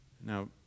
Now